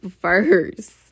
first